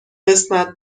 قسمت